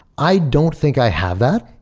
i don't think i have that.